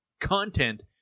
content